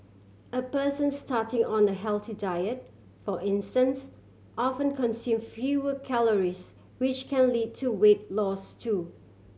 a person starting on a healthy diet for instance often consume fewer calories which can lead to weight loss too